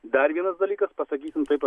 dar vienas dalykas pasakykim taip